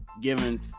giving